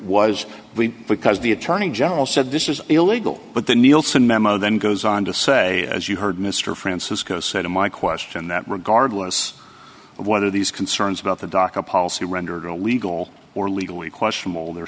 we because the attorney general said this was illegal but the nielson memo then goes on to say as you heard mr francisco said in my question that regardless of whether these concerns about the dock a policy rendered a legal or legally questionable the